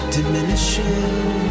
Diminishing